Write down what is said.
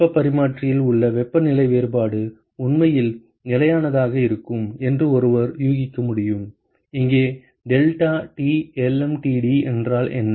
வெப்பப் பரிமாற்றியில் உள்ள வெப்பநிலை வேறுபாடு உண்மையில் நிலையானதாக இருக்கும் என்று ஒருவர் யூகிக்க முடியும் இங்கே deltaTlmtd என்றால் என்ன